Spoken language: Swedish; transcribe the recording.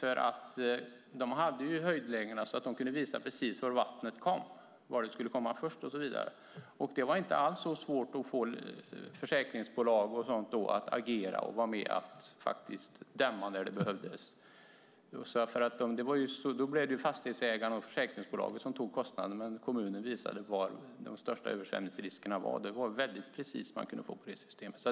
Man hade höjdlägena och kunde visa precis var vattnet skulle komma först. Det var inte alls svårt att få försäkringsbolagen att agera och dämma där det behövdes. Fastighetsägarna och försäkringsbolagen tog kostnaderna men kommunen visade var de största översvämningsriskerna fanns. Det kunde man få fram väldigt exakt med det systemet.